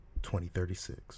2036